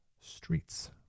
streets